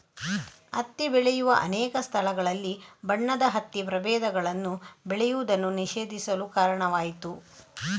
ಹತ್ತಿ ಬೆಳೆಯುವ ಅನೇಕ ಸ್ಥಳಗಳಲ್ಲಿ ಬಣ್ಣದ ಹತ್ತಿ ಪ್ರಭೇದಗಳನ್ನು ಬೆಳೆಯುವುದನ್ನು ನಿಷೇಧಿಸಲು ಕಾರಣವಾಯಿತು